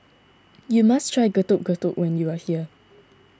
you must try Getuk Getuk when you are here